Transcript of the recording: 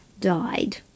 died